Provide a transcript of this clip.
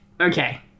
okay